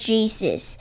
Jesus